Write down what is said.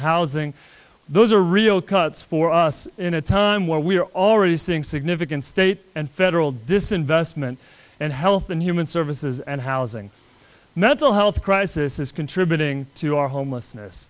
housing those are real cuts for us in a time where we are already seeing significant state and federal disinvestment and health and human services and housing mental health crisis is contributing to our homelessness